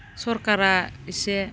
सरकारा एसे